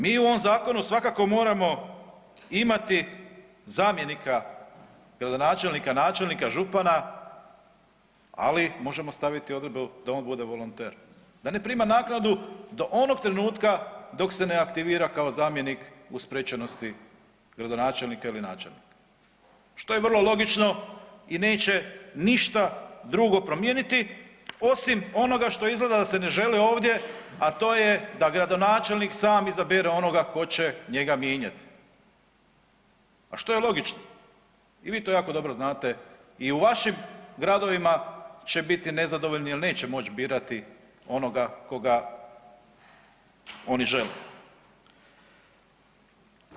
Mi u ovom zakonu svakako moramo imati zamjenika gradonačelnika, načelnika, župana, ali možemo staviti u odredbe da on bude volonter, da ne prima naknadu do onog trenutka dok se ne aktivira kao zamjenik u spriječenosti gradonačelnika ili načelnika, što je vrlo logično i neće ništa drugo promijeniti osim onoga što izgleda da se ne želi ovdje, a to je da gradonačelnik sam izabere onoga tko će njega mijenjat, a što je logično i vi to jako dobro znate i u vašim gradovima će biti nezadovoljni jer neće moć birati onoga koga oni žele.